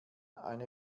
eine